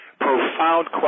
Profound